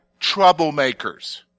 troublemakers